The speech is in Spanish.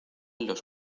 los